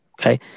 Okay